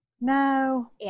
No